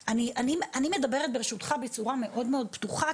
מדברת בצורה מאוד מאוד פתוחה,